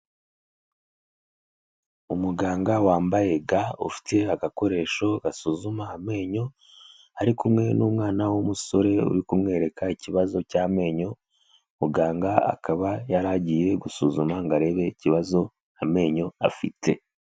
Umuganga wambaye ga ufite agakoresho gasuzuma amenyo ari kumwe n'umwana w'umusore uri kumwereka ikibazo cy'amenyo, muganga akaba yari agiye gusuzuma ngo arebe ikibazo amenyo afite.